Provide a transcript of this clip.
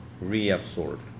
reabsorbed